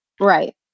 Right